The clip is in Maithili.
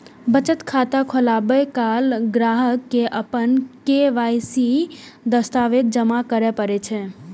बचत खाता खोलाबै काल ग्राहक कें अपन के.वाई.सी दस्तावेज जमा करय पड़ै छै